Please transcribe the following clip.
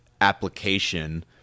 application